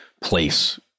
place